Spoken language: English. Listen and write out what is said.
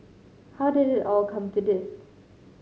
how did it all come to this